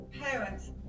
parents